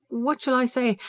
what shall i say.